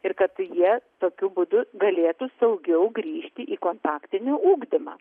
ir kad jie tokiu būdu galėtų saugiau grįžti į kontaktinį ugdymą